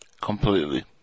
Completely